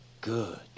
Good